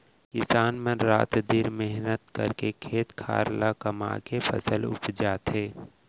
किसान मन रात दिन मेहनत करके खेत खार ल कमाके फसल उपजाथें